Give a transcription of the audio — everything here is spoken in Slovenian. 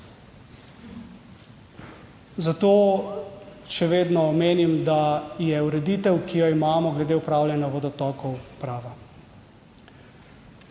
zato še vedno menim, da je ureditev, ki jo imamo glede upravljanja vodotokov prava.